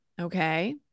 Okay